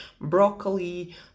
broccoli